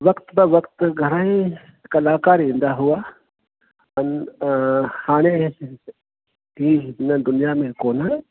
वक़्तु त वक़्तु घणा ई कलाकार ईंदा हुआ पर हाणे की हिन दुनिया में कोन